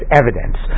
evidence